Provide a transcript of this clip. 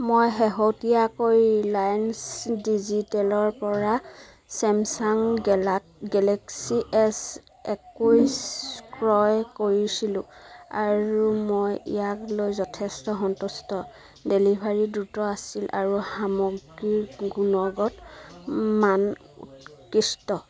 মই শেহতীয়াকৈ ৰিলায়েন্স ডিজিটেলৰ পৰা ছেমছাং গেলা গেলেক্সী এছ একৈছ ক্ৰয় কৰিছিলোঁ আৰু মই ইয়াক লৈ যথেষ্ট সন্তুষ্ট ডেলিভাৰী দ্ৰুত আছিল আৰু সামগ্ৰীৰ গুণগত মান উৎকৃষ্ট